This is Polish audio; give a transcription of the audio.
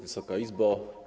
Wysoka Izbo!